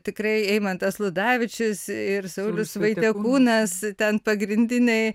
tikrai eimantas ludavičius ir saulius vaitiekūnas ten pagrindiniai